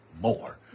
more